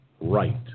right